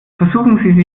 versuchen